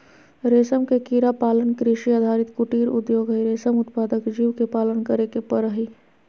रेशम के कीड़ा पालन कृषि आधारित कुटीर उद्योग हई, रेशम उत्पादक जीव के पालन करे के पड़ हई